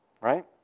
right